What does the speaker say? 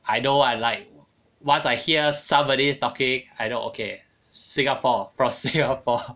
I know I like once I hear somebody is talking I know okay singapore from singapore